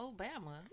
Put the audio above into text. Obama